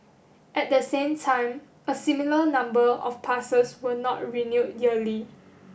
at the same time a similar number of passes were not renewed yearly